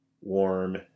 warm